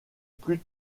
plus